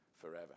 forever